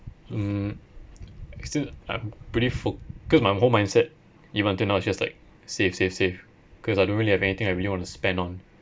mm it's still I'm pretty foc~ cause my whole mindset even until now it's just like save save save cause I don't really have anything I really want to spend on